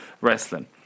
Wrestling